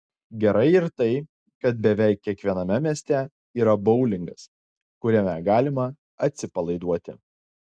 gerai ir tai kad beveik kiekviename mieste yra boulingas kuriame galima atsipalaiduoti